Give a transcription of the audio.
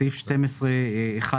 בסעיף 12(1),